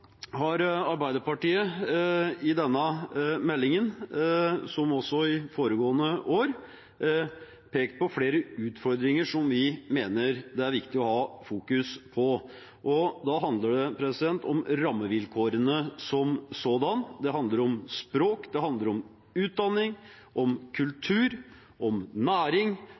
har Arbeiderpartiet, som også foregående år, pekt på flere utfordringer i denne meldingen som vi mener det er viktig å ha fokus på. Da handler det om rammevilkårene som sådan, det handler om språk, om utdanning, om kultur, om næring,